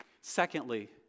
Secondly